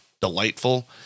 delightful